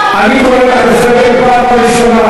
אני קורא אותך פעם ראשונה,